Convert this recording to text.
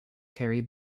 carrie